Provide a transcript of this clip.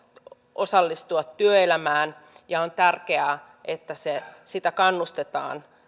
osallistua työelämään ja on tärkeää että siihen kannustetaan